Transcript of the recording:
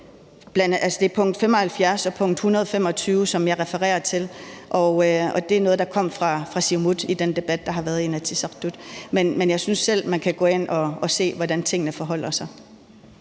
det er punkt 75 og punkt 125, som jeg refererer til – og det er noget, der kom fra Siumut i den debat, der har været i Inatsisartut. Men jeg synes, at man selv kan gå ind og se, hvordan tingene forholder sig.